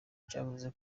cavuze